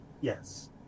Yes